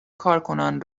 کارکنان